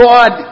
God